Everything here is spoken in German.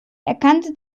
erkannte